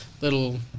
little